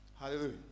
Hallelujah